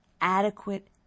adequate